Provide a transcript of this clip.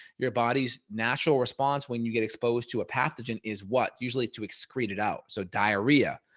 your body's natural response when you get exposed to a pathogen is what usually to excrete it out. so diarrhea,